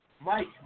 Mike